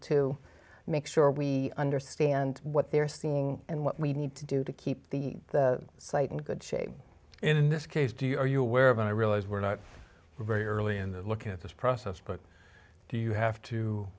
to make sure we understand what they are seeing and what we need to do to keep the site in good shape in this case do you are you aware of and i realize we're not very early in the looking at this process but do you have to